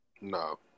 No